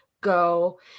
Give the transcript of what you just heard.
go